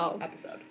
episode